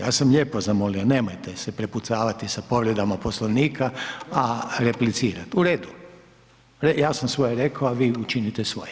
Ja sam lijepo zamolio nemojte se prepucavati sa povredama Poslovnika a replicirati. ... [[Upadica se ne čuje.]] U redu, ja sam svoje rekao a vi učinite svoje.